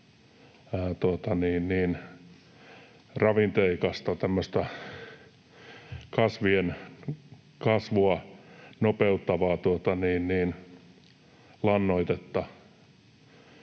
ravinteikasta kasvien kasvua nopeuttavaa lannoitetta.